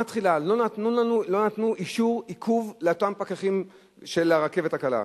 תחילה לא נתנו אישור עיכוב לאותם פקחים של הרכבת הקלה.